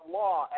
law